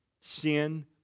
sin